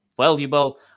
valuable